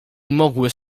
mogły